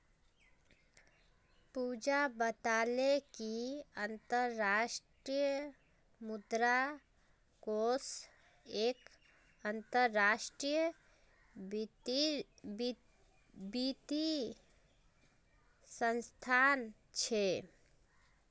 पूजा बताले कि अंतर्राष्ट्रीय मुद्रा कोष एक अंतरराष्ट्रीय वित्तीय संस्थान छे